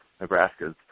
Nebraska's